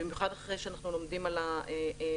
במיוחד אחרי שאנחנו לומדים על הנתונים